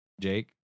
Jake